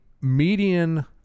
median